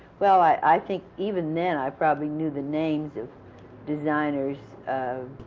well, i think even then i probably knew the names of designers.